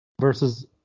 versus